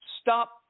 Stop